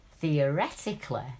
theoretically